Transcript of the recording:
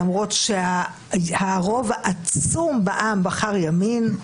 למרות שהרוב העצום בעם בחר ימין,